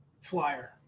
flyer